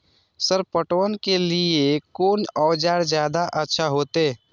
Sir पटवन के लीऐ कोन औजार ज्यादा अच्छा होते?